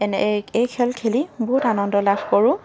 এনেকৈয়ে খেল খেলি বহুত আনন্দ লাভ কৰোঁ